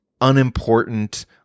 unimportant